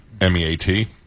M-E-A-T